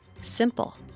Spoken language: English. simple